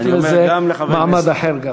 זה נותן לזה גם מעמד אחר.